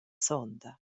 sonda